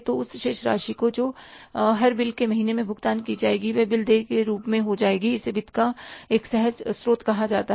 तो शेष राशि जो हर बिल के महीने में भुगतान की जाएगी वह बिल देय के रूप में हो जाएगी इसे वित्त का एक सहज स्रोत कहा जाता है